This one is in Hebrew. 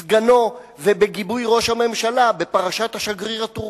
סגנו, ובגיבוי ראש הממשלה, בפרשת השגריר הטורקי?